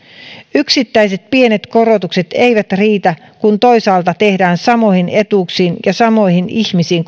yksittäiset pienet korotukset eivät riitä kun toisaalta tehdään samoihin etuuksiin ja samoihin ihmisiin